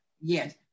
Yes